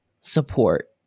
support